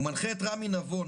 מנחה את רמי נבון,